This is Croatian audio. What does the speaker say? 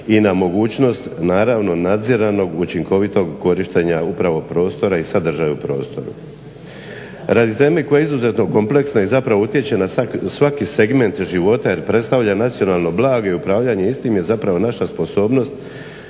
i na mogućnost naravno nadziranog učinkovitog korištenja upravo prostora i sadržaja u prostoru. Radi teme koja je izuzetno kompleksna i zapravo utječe na svaki segment života jer predstavlja nacionalno blago i upravljanje istim je zapravo naša sposobnost